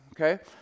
okay